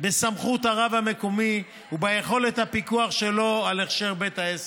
בסמכות הרב המקומי וביכולת הפיקוח שלו על ההכשר בבית העסק.